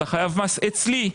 אתה חייב במס אצלי.